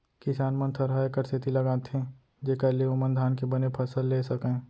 किसान मन थरहा एकर सेती लगाथें जेकर ले ओमन धान के बने फसल लेय सकयँ